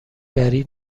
گری